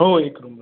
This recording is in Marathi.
हो एक रूम हवी